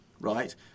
right